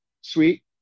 sweet